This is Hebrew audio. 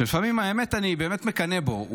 שלפעמים, האמת, אני מקנא בו.